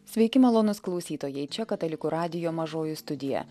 sveiki malonūs klausytojai čia katalikų radijo mažoji studija